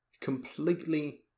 completely